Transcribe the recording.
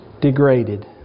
degraded